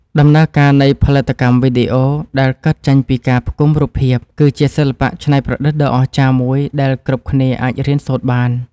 ដំណើរការនៃផលិតកម្មវីដេអូដែលកើតចេញពីការផ្គុំរូបភាព គឺជាសិល្បៈច្នៃប្រឌិតដ៏អស្ចារ្យមួយដែលគ្រប់គ្នាអាចរៀនសូត្របាន។